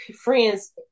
friends